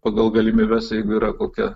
pagal galimybes jeigu yra kokia